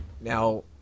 now